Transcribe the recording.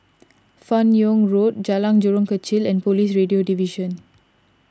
Fan Yoong Road Jalan Jurong Kechil and Police Radio Division